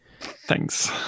Thanks